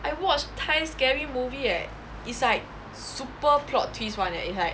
I watch thai scary movie leh it's like super plot twist [one] eh it's like